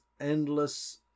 endless